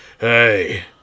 hey